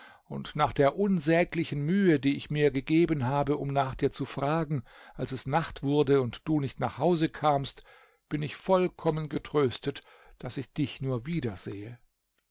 und nach der unsäglichen mühe die ich mir gegeben habe um nach dir zu fragen als es nacht wurde und du nicht nach hause kamst bin ich vollkommen getröstet daß ich dich nur wiedersehe